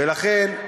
ולכן,